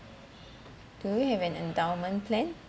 do you have an endowment plan